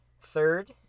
Third